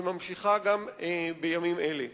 והיא נמשכת גם בימים אלה.